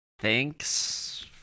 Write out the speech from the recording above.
Thanks